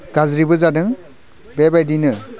गाज्रिबो जादों बेबायदिनो